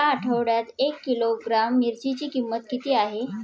या आठवड्यात एक किलोग्रॅम मिरचीची किंमत किती आहे?